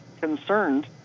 concerned